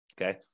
okay